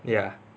ya